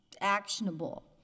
actionable